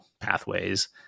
pathways